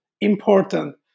important